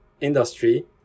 industry